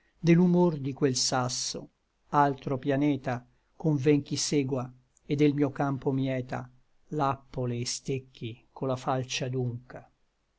de l'humor di quel sasso altro pianeta conven ch'i segua et del mio campo mieta lappole et stecchi co la falce adunca